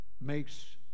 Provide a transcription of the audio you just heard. makes